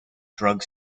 drug